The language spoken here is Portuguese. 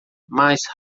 mais